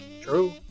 True